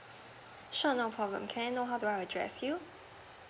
sure no problem can I know how do I address you